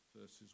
verses